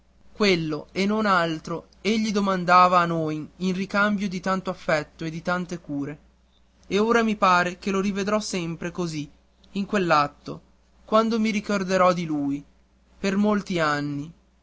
quello e non altro egli domandava a noi in ricambio di tanto affetto e di tante cure e ora mi pare che lo rivedrò sempre così in quell'atto quando mi ricorderò di lui per molti anni